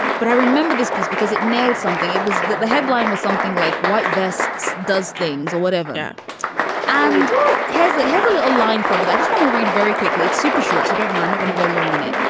but i remember this piece because it nailed something. it was that the headline was something like white vests. does things or whatever and has a has little line from it. i just want to read very quickly it's super short, so don't worry, we're going to go long on it.